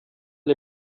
der